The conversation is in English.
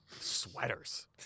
Sweaters